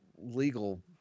legal